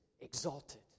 exalted